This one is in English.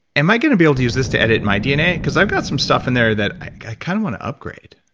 am i going to be able to use this to edit my dna? because i've got some stuff in there that i kind of want to upgrade.